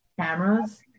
Cameras